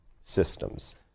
systems